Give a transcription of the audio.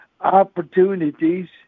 opportunities